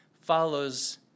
follows